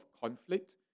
conflict